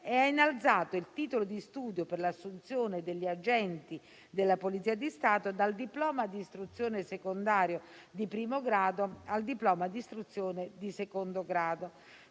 è stato innalzato il titolo di studio per l'assunzione degli agenti della Polizia di Stato dal diploma di istruzione secondaria di primo grado al diploma di istruzione di secondo grado.